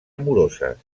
amoroses